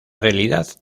realidad